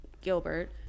Gilbert